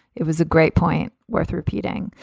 it was a great point worth repeating.